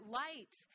light